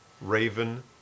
raven